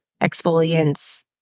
exfoliants